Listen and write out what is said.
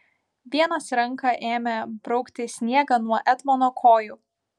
vienas ranka ėmė braukti sniegą nuo etmono kojų